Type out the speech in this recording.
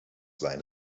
sein